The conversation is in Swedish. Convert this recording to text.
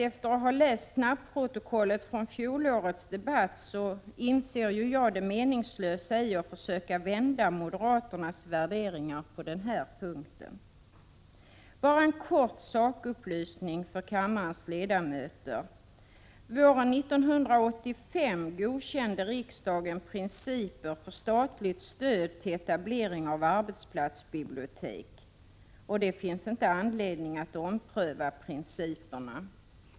Efter att ha läst snabbprotokollet från fjolårets debatt inser jag det meningslösa i att försöka vända moderaternas värderingar på denna punkt. Bara en kort sakupplysning för kammarens ledamöter. Våren 1985 godkände riksdagen principer för statligt stöd till etablering av arbetsplatsbibliotek. Det finns inte anledning att ompröva principerna.